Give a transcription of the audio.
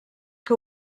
que